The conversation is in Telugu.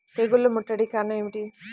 తెగుళ్ల ముట్టడికి కారణం ఏమిటి?